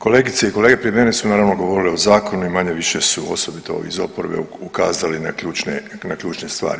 Kolegice i kolege, prije mene su naravno govorili o zakonu i manje-više su osobito ovi iz oporbe ukazali na ključne stvari.